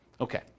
Okay